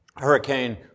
Hurricane